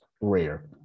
rare